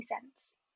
cents